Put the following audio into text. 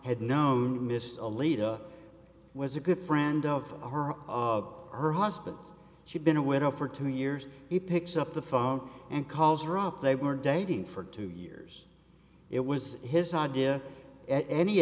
had known mr leader was a good friend of her of her husband she'd been a widow for two years he picks up the phone and calls rob they were dating for two years it was his idea at any